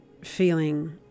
feeling